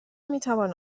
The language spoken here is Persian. میتوان